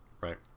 right